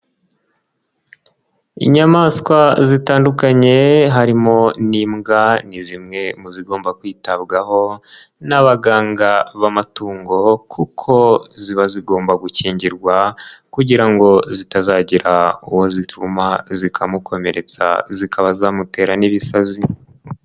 Inyamaswa zitandukanye harimo n'imbwa ni zimwe mu zigomba kwitabwaho n'abaganga b'amatungo kuko ziba zigomba gukingirwa kugira ngo zitazagira uwo ziruma zikamukomeretsa zikaba zamutera n'ibisazi.